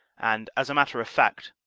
and, as a matter of fact,